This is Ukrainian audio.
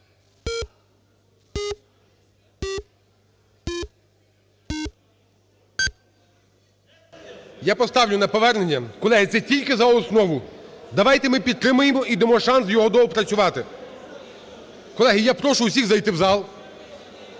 Я поставлю на повернення. Колеги, це тільки за основу. Давайте ми підтримаємо і дамо шанс його доопрацювати. Колеги, я прошу всіх зайти у зал.